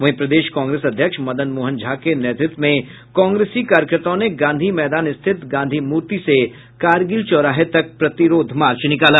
वहीं प्रदेश कांग्रेस अध्यक्ष मदन मोहन झा के नेतृत्व में कांग्रेसी कार्यकर्ताओं ने गांधी मैदान स्थित गांधी मूर्ति से कारगिल चौराहे तक प्रतिरोध मार्च निकाला